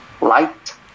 light